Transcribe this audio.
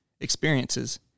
experiences